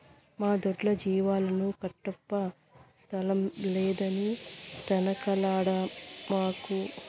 మా దొడ్లో జీవాలను కట్టప్పా స్థలం లేదని తనకలాడమాకు